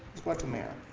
let's go out to mayor.